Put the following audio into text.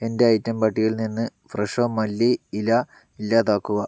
എന്റെ ഐറ്റം പട്ടികയിൽ നിന്ന് ഫ്രെഷോ മല്ലി ഇല ഇല്ലാതാക്കുക